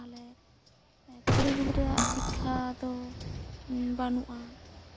ᱛᱟᱦᱚᱞᱮ ᱠᱩᱲᱤ ᱜᱤᱫᱽᱨᱟᱹᱣᱟᱜ ᱥᱤᱠᱠᱷᱟ ᱫᱚ ᱵᱟᱹᱱᱩᱜᱼᱟ